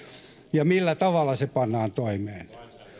ja millä tavalla se pannaan toimeen